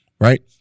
Right